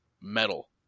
metal